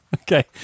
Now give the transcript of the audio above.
Okay